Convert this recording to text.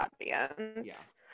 audience